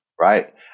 Right